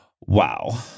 Wow